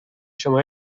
شما